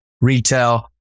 retail